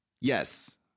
Yes